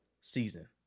season